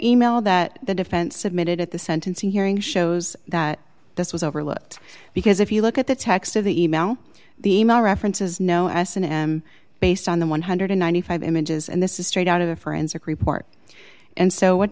e mail that the defense submitted at the sentencing hearing shows that this was overlooked because if you look at the text of the e mail the e mail references know s and m based on the one hundred and ninety five images and this is straight out of a forensic report and so what